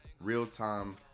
real-time